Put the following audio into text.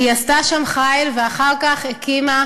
היא עשתה שם חיל, ואחר כך הקימה